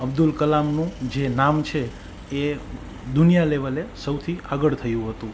અબ્દુલ કલામનું જે નામ છે એ દુનિયા લેવલે સૌથી આગળ થયું હતું